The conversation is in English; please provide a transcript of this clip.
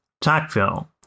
Tocqueville